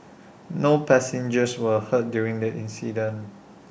no passengers were hurt during the incident